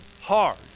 hard